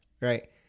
Right